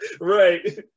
Right